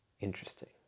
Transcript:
interesting